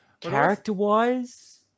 Character-wise